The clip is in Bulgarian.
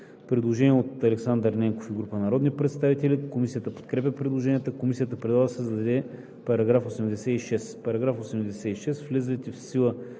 Предложение от Александър Ненков и група народни представители. Комисията подкрепя предложението. Комисията предлага да се създаде § 86: „§ 86.